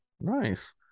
nice